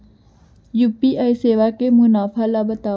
UPI सेवा के मुनाफा ल बतावव?